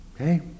Okay